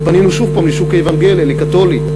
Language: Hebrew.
ופנינו שוב לשוק האוונגלי, לקתולי.